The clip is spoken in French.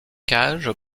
cage